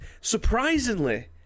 surprisingly